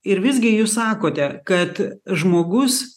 ir visgi jūs sakote kad žmogus